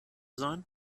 sein